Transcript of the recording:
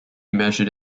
measured